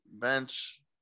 Bench